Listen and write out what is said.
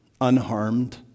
unharmed